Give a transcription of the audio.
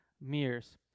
Mirrors